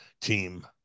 team